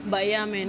but ya man